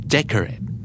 Decorate